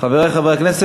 ושלישית.